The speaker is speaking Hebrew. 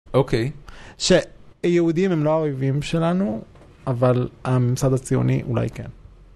אוקיי, שהיהודים הם לא האויבים שלנו, אבל הממסד הציוני אולי כן.